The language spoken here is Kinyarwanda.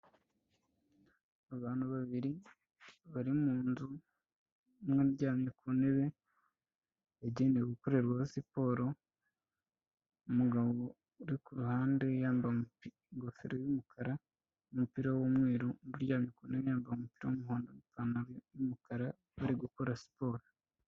Abantu babiri bari mu nzu, umwe aryamye ku ntebe yagenewe gukorerwaho siporo. Umugabo uri ku ruhande yambaye ingofero y'umukara n'umupira w'umweru, uryamye ku ntebe yambaye umupira w'umuhondo n'ipantaro y'umukara bari gukora siporo.